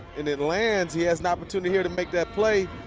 and it lands he has an opportunity here to make that play.